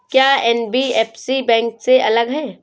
क्या NBFC bank से अलग है?